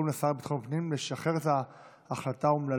המזכיר הצבאי, גם הוא הלך למסיבות.